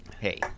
hey